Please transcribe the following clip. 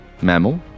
Mammal